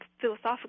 philosophical